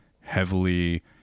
heavily